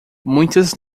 muitas